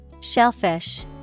Shellfish